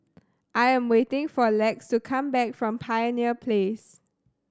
I am waiting for Lex to come back from Pioneer Place